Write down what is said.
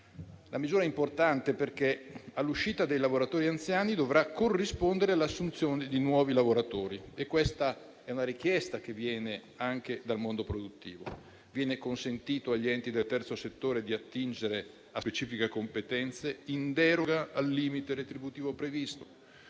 la misura è importante perché all'uscita dei lavoratori anziani dovrà corrispondere l'assunzione di nuovi lavoratori. Questa è una richiesta che viene anche dal mondo produttivo. Viene consentito agli enti del terzo settore di attingere a specifiche competenze in deroga al limite retributivo previsto.